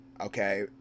Okay